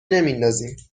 نمیندازیم